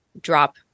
drop